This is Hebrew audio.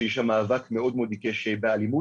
שיש שם מאבק מאוד מאוד עיקש באלימות.